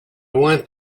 want